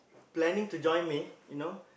planing to join me you know